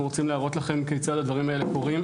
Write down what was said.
רוצים להראות לכם כיצד הדברים האלה קורים.